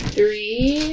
Three